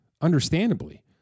understandably